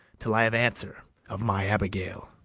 till i have answer of my abigail.